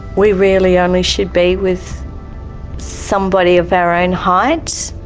we really only should be with somebody of our own height.